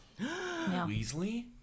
Weasley